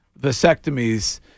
vasectomies